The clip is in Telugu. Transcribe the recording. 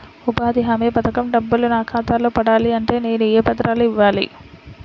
ఉపాధి హామీ పథకం డబ్బులు నా ఖాతాలో పడాలి అంటే నేను ఏ పత్రాలు ఇవ్వాలి?